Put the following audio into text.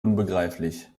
unbegreiflich